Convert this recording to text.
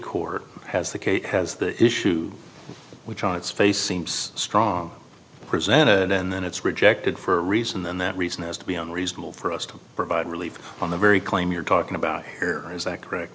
case has the issue which on its face seems strong presented and then it's rejected for a reason and that reason has to be on reasonable for us to provide relief on the very claim you're talking about here is that correct